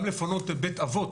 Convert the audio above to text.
גם לפנות בית אבות.